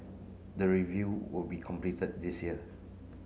the review will be completed this year